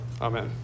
Amen